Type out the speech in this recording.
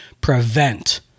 prevent